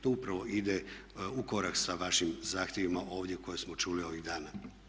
To upravo ide u korak sa vašim zahtjevima ovdje koje smo čuli ovih dana.